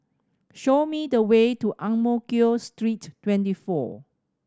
show me the way to Ang Mo Kio Street Twenty four